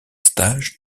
stages